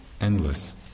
endless